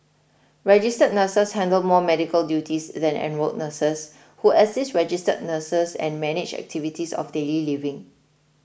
registered nurses handle more medical duties than enrolled nurses who assist registered nurses and manage activities of daily living